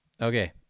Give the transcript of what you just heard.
Okay